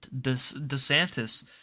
DeSantis